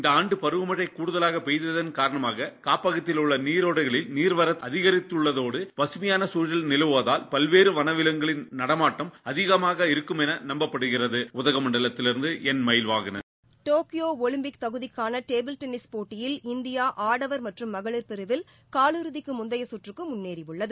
இந்த ஆண்டு பருவமனூ கூடுதலாக பெய்ததன் காரணமாக காப்பகத்தில் உள்ள நீரோடைகளில் நீாவரத்து அதிகரித்துள்ளதோடு பகமையாள சூழல் நிலவுவதால் பல்வேறு வளவிலங்குகளின் நடமாட்டம் அதிகமாக இருக்கும் என்று நம்பப்படுகிறது உதகமண்டலத்திலிருந்து மயில்வாகனன் டோக்கியோ ஒலிம்பிக் தகுதிக்கான டேபிள் டென்னிஸ் போட்டியில் இந்தியா ஆடவர் மற்றும் மகளிர் பிரிவில் காலி இறுதிக்கு முந்தைய சுற்றுக்கு முன்னேறியுள்ளது